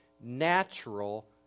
natural